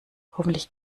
hoffentlich